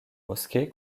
mosquée